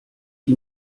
die